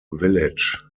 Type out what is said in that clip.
village